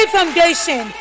Foundation